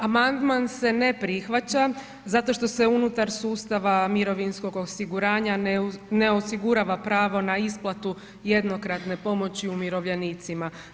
Amandman se ne prihvaća zato što se unutar sustava mirovinskog osiguranja ne osigurava pravo na isplatu jednokratne pomoći umirovljenicima.